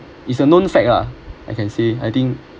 it's a known fact lah I can say I think